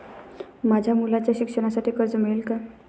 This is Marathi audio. माझ्या मुलाच्या शिक्षणासाठी कर्ज मिळेल काय?